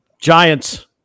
Giants